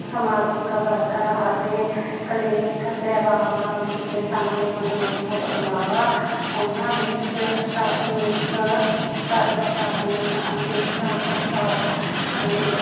ਸਮਾਜਿਕ ਵਰਕਰਾਂ ਅਤੇ ਕਲੀਨਿਕ ਸੇਵਾਵਾਂ ਵਿੱਚ ਸ਼ਾਮਿਲ ਹੋਣ ਤੋਂ ਇਲਾਵਾ ਉਹਨਾਂ ਵਿੱਚ ਪ੍ਰਸ਼ਾਸਨਿਕ ਕਰਮਚਾਰੀਆਂ ਅਤੇ ਖੁਰਾਕ ਸਟਾਫ